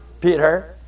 Peter